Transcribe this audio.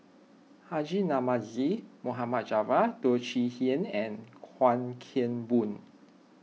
Haji Namazie Mohd Javad Teo Chee Hean and Chuan Keng Boon